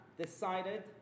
decided